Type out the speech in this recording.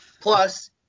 Plus